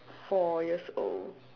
four years old